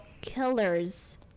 killers